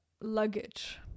luggage